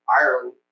Ireland